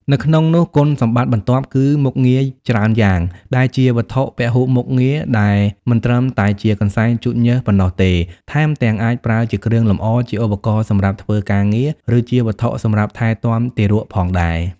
នៅក្នុងនោះគុណសម្បត្តិបន្ទាប់គឺ មុខងារច្រើនយ៉ាងដែលជាវត្ថុពហុមុខងារដែលមិនត្រឹមតែជាកន្សែងជូតញើសប៉ុណ្ណោះទេ ថែមទាំងអាចប្រើជាគ្រឿងលម្អ ជាឧបករណ៍សម្រាប់ធ្វើការងារ ឬជាវត្ថុសម្រាប់ថែទាំទារកផងដែរ។